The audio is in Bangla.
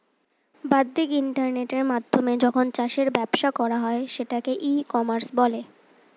বাদ্দিক ইন্টারনেটের মাধ্যমে যখন চাষের ব্যবসা করা হয় সেটাকে ই কমার্স বলে